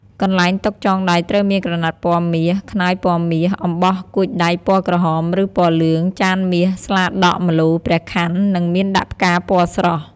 កន្លែងតុចងដៃត្រូវមាន ក្រណាត់ពណ៌មាស ខ្នើយពណ៌មាស អំបោះកួចដៃពណ៌ក្រហម ឬពណ៌លឿង ចានមាស ស្លាដក ម្លូ ព្រះខ័ន្ត និងមានដាក់ផ្កាពណ៌ស្រស់។